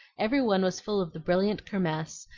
every one was full of the brilliant kirmess,